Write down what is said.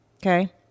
Okay